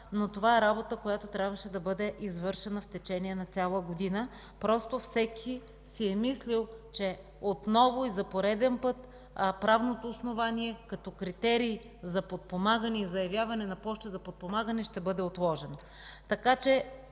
но това е работа, която трябваше да бъде извършена в течение на цяла година. Просто всеки си е мислил, че отново и за пореден път правното основание като критерии за подпомагане и заявяване на площи за подпомагане ще бъде отложено.